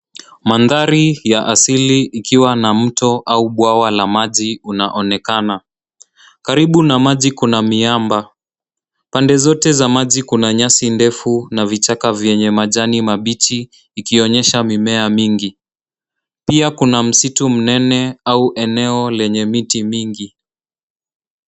Mandhari ya asili ikiwa na mto au bwawa la maji unaonekana . Karibu na maji kuna miamba. Pande zote za maji kuna nyasi ndefu na vichaka vyenye majani mabichi ikionyesha mimea mingi. Pia kuna msitu mnene au eneo lenye miti mingi.